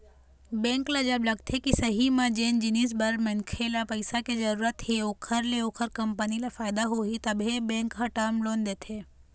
bank ल जब लगथे के सही म जेन जिनिस बर मनखे ल पइसा के जरुरत हे ओखर ले ओखर कंपनी ल फायदा होही तभे बेंक ह टर्म लोन देथे